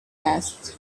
asked